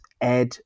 Ed